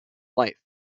life